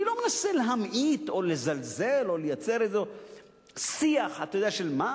אני לא מנסה להמעיט או לזלזל או לייצר איזה שיח של מה